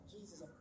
Jesus